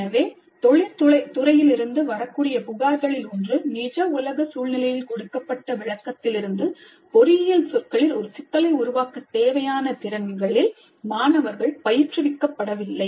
எனவே தொழிற்துறையிலிருந்து வரக்கூடிய புகார்களில் ஒன்று நிஜ உலக சூழ்நிலையில் கொடுக்கப்பட்ட விளக்கத்திலிருந்து பொறியியல் சொற்களில் ஒரு சிக்கலை உருவாக்கத் தேவையான திறன்களில் மாணவர்கள் பயிற்றுவிக்கப்படவில்லை